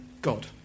God